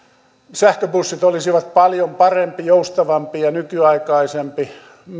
sähköbussit olisi ollut paljon parempi joustavampi ja nykyaikaisempi